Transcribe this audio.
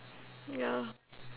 ya